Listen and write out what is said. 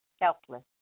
helpless